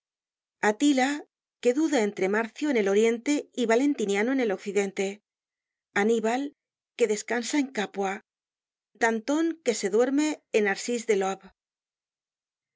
atila que duda entre marcio en el oriente y valentiniano en el occidente annibal que descansa en cápua danton que se duerme en arcis del aube